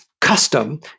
custom